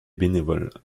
bénévoles